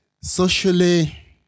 Socially